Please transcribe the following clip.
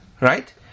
Right